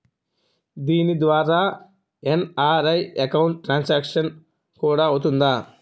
దీని ద్వారా NRI account transaction కూడా అవుతుందా?